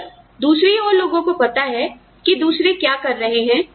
अगर दूसरी ओर लोगों को पता है कि दूसरे क्या कर रहे हैं